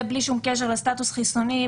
זה בלי שום קשר לסטטוס חיסוני,